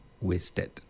wasted